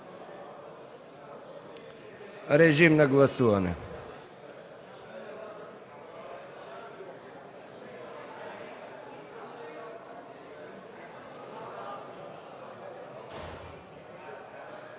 режим на гласуване